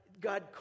God